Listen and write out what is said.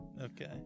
Okay